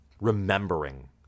remembering